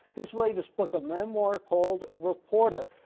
his latest book, a memoir called reporter,